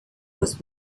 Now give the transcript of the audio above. was